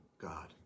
God